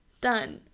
Done